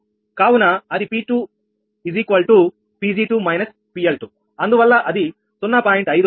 అది 𝑃2 𝑃𝑔2 − 𝑃𝐿2 అందువల్ల అది 0